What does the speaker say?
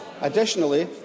Additionally